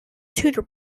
tutor